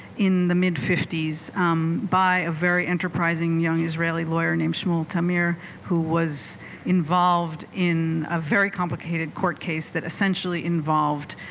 in the mid fifty s by a very enterprising young israeli lawyer named shmuel tamir who was involved in a very complicated court case that essentially involved